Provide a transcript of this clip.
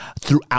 throughout